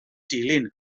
dilyn